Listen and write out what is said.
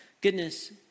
Goodness